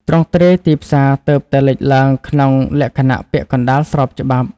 ទ្រង់ទ្រាយទីផ្សារទើបតែលេចឡើងក្នុងលក្ខណៈពាក់កណ្តាលស្របច្បាប់។